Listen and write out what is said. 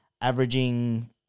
averaging